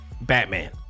batman